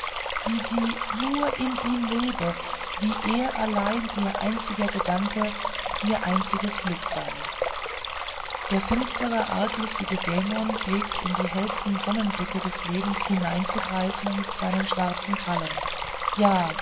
wie sie nur in ihm lebe wie er allein ihr einziger gedanke ihr einziges glück sei der finstere arglistige dämon pflegt in die hellsten sonnenblicke des lebens hineinzugreifen mit seinen schwarzen krallen ja